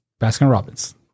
Baskin-Robbins